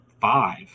five